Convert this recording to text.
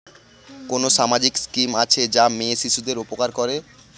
কোন সামাজিক স্কিম আছে যা মেয়ে শিশুদের উপকার করে?